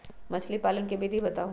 मछली पालन के विधि बताऊँ?